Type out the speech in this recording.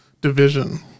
division